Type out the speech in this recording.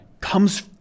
comes